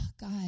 God